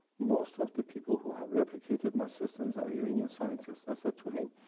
most of the people who have replicated my systems are iranian scientists. i said to him,